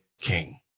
king